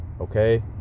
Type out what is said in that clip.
okay